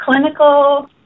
clinical